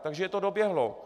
Takže to doběhlo.